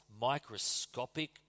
microscopic